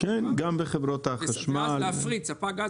כן קורה לפעמים שיש כל מיני דברים שצריך לחייב עליהם שוואלה,